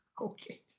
Okay